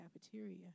cafeteria